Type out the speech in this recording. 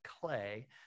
clay